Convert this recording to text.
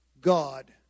God